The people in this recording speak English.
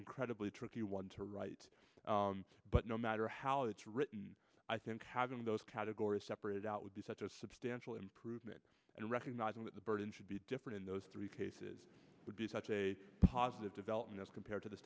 incredibly tricky one to write but no matter how it's written i think having those categories separated out would be such a substantial improvement in recognizing that the burden should be different in those three cases it would be such a positive development as compared to the